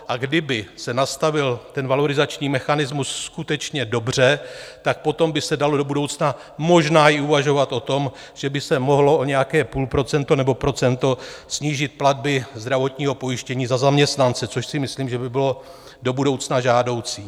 A kdyby se nastavil valorizační mechanismus skutečně dobře, tak potom by se dalo do budoucna možná i uvažovat o tom, že by se mohly o nějaké půlprocento nebo procento snížit platby zdravotního pojištění za zaměstnance, což si myslím, že by bylo do budoucna žádoucí.